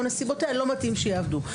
או נסיבותיה לא מתאים שיעבדו.